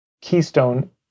keystone